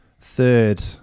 third